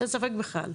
אין ספק בכלל.